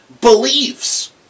beliefs